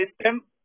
system